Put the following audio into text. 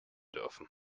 dürfen